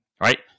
Right